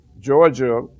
Georgia